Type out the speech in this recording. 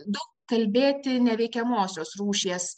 daug kalbėti neveikiamosios rūšies